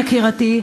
יקירתי,